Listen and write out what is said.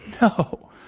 no